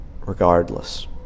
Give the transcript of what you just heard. regardless